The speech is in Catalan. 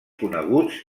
coneguts